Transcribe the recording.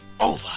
over